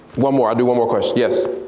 one more, i'll do one more question, yes?